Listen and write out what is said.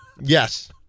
Yes